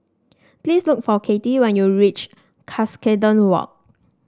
please look for Cathy when you reach Cuscaden Walk